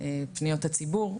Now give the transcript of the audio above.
פניות הציבור,